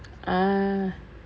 uh